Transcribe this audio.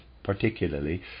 particularly